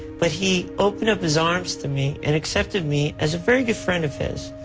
but he opened up his arms to me and accepted me as a very good friend of his.